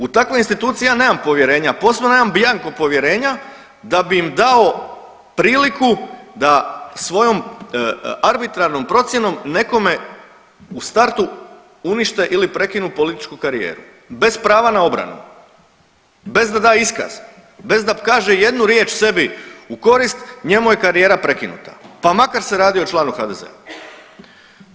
U takve institucije ja nemam povjerenja, a posebno nemam bjanko povjerenja da bi im dao priliku da svojom arbitrarnom procjenom nekome u startu unište ili prekinu političku karijeru bez prava na obranu, bez da da iskaz, bez da kaže ijednu riječ sebi u korist njemu je karijera prekinuta, pa makar se radio o članu HDZ-a.